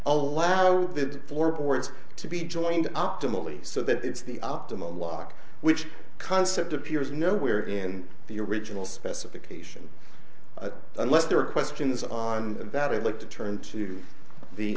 allow the floor boards to be joined optimally so that it's the optimum lock which concept appears nowhere in the original specification unless there are questions on that i'd like to turn to the